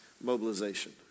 mobilization